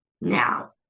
now